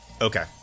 Okay